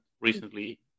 recently